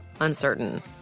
uncertain